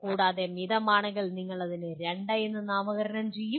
കൂടാതെ ഇത് മിതമാണെങ്കിൽ നിങ്ങൾ അതിനെ 2 എന്ന് നാമകരണം ചെയ്യും